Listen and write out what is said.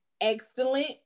excellent